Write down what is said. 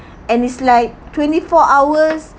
and it's like twenty four hours